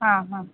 ആ അ